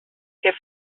que